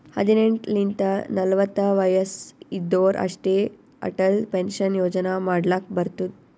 ಹದಿನೆಂಟ್ ಲಿಂತ ನಲ್ವತ ವಯಸ್ಸ್ ಇದ್ದೋರ್ ಅಷ್ಟೇ ಅಟಲ್ ಪೆನ್ಷನ್ ಯೋಜನಾ ಮಾಡ್ಲಕ್ ಬರ್ತುದ್